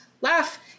laugh